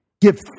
give